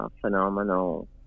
phenomenal